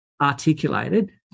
articulated